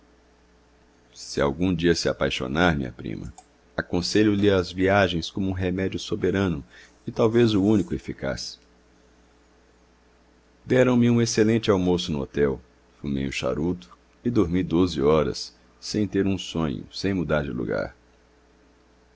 se algum dia se apaixonar minha prima aconselho lhe as viagens como um remédio soberano e talvez o único eficaz deram-me um excelente almoço no hotel fumei um charuto e dormi doze horas sem ter um sonho sem mudar de lugar